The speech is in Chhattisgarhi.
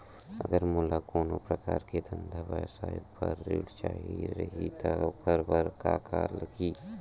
अगर मोला कोनो प्रकार के धंधा व्यवसाय पर ऋण चाही रहि त ओखर बर का का लगही?